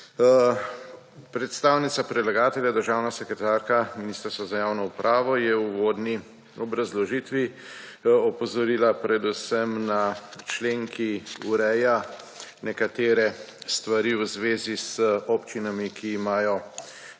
Predstavnica predlagatelja, državna sekretarka Ministrstva za javno upravo je v uvodni obrazložitvi opozorila predvsem na člen, ki ureja nekatere stvari v zvezi z občinami, ki imajo